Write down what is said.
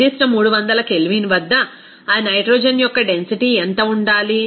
నిర్దిష్ట 300 K వద్ద ఆ నైట్రోజన్ యొక్క డెన్సిటీ ఎంత ఉండాలి